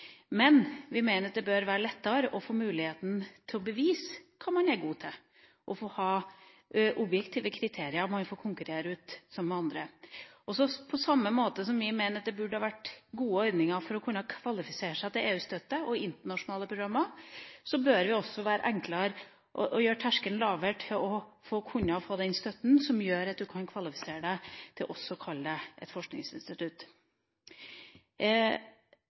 Men vi mener at det bør være lettere å få muligheten til å bevise hva man er god til, og ha objektive kriterier som man får konkurrere ut sammen med andre. På samme måte som vi mener at det burde ha vært gode ordninger for å kunne kvalifisere seg til EU-støtte og internasjonale programmer, bør det også være enklere å gjøre terskelen lavere for å få den støtten som gjør at man kan kvalifisere seg til også å kalle seg et forskningsinstitutt.